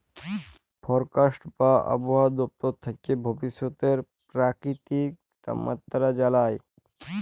forecast বা আবহাওয়া দপ্তর থ্যাকে ভবিষ্যতের পেরাকিতিক তাপমাত্রা জালায়